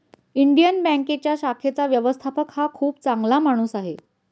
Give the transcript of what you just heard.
Indian बँकेच्या शाखेचा व्यवस्थापक हा खूप चांगला माणूस आहे